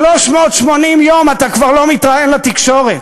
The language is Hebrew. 380 יום אתה כבר לא מתראיין לתקשורת.